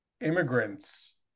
immigrants